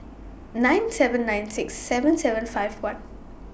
nine seven nine six seven seven five one